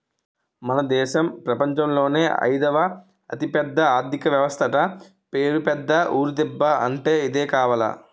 మన దేశం ప్రపంచంలోనే అయిదవ అతిపెద్ద ఆర్థిక వ్యవస్థట పేరు పెద్ద ఊరు దిబ్బ అంటే ఇదే కావాల